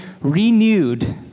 renewed